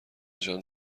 جان